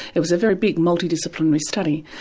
it was a very big multi-disciplinary study.